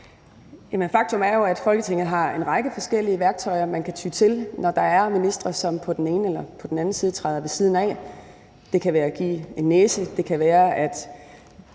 Faktum er jo, at Folketinget har en række forskellige værktøjer, man kan ty til, når der er ministre, som på den ene eller på den anden måde træder ved siden af. Det kan være at give en næse, det kan være, at